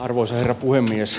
arvoisa herra puhemies